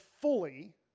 fully